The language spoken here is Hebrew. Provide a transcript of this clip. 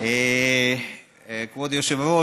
כבוד היושב-ראש,